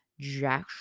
jack